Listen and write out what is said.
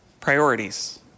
Priorities